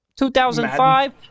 2005